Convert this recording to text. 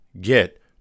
get